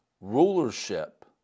rulership